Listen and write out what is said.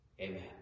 Amen